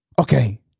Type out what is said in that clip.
Okay